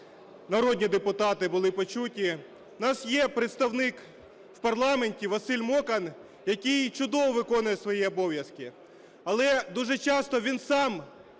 народні депутати були почуті. У нас є представник в парламенті Василь Мокан, який чудово виконує свої обов'язки. Але дуже часто він сам